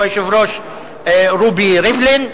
שהוא היושב-ראש רובי ריבלין.